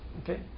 okay